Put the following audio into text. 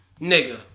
Nigga